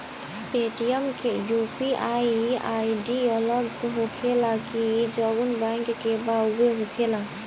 Paytm UPI ID आई.डी अलग होखेला की जाऊन बैंक के बा उहे होखेला?